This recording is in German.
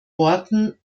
worten